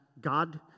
God